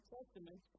Testament